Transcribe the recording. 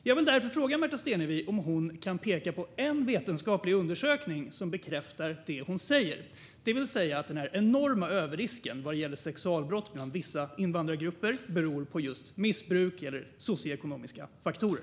Jag vill därför fråga Märta Stenevi om hon kan peka på någon vetenskaplig undersökning som bekräftar det hon säger, det vill säga att den enorma överrisken för sexualbrott bland vissa invandrargrupper beror på missbruk eller socioekonomiska faktorer.